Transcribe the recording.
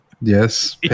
Yes